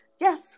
Yes